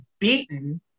beaten